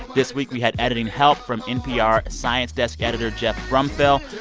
this week, we had editing help from npr science desk editor geoff brumfiel.